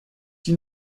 die